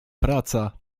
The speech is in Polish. praca